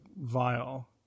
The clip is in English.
vile